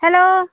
hello